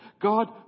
God